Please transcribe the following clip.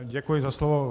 Děkuji za slovo.